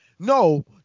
No